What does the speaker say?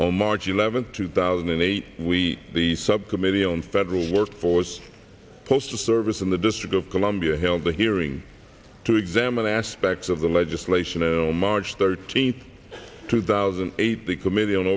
on march eleventh two thousand and eight we the subcommittee on federal workforce postal service in the district of columbia held a hearing to examine aspects of the legislation l march thirteenth two thousand and eight the committee on